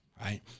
right